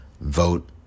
Vote